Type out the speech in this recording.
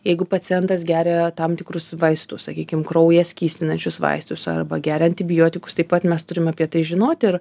jeigu pacientas geria tam tikrus vaistus sakykim kraują skystinančius vaistus arba geria antibiotikus taip pat mes turim apie tai žinot ir